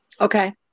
Okay